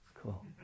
cool